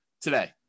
today